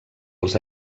els